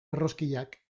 erroskillak